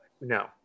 no